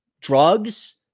drugs